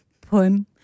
Poem